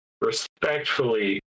Respectfully